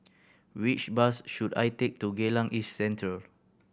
which bus should I take to Geylang East Central